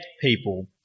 people